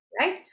right